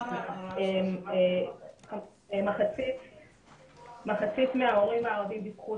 22%. מחצית מההורים הערבים דיווחו